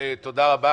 תודה רבה.